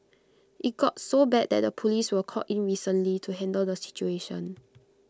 IT got so bad that the Police were called in recently to handle the situation